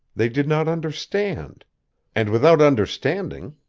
they did not understand and without understanding,